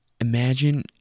imagine